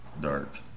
dark